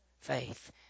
Faith